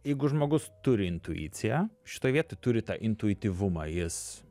jeigu žmogus turi intuiciją šitoj vietoj turi tą intuityvumą jis